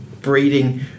breeding